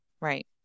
right